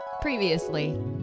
Previously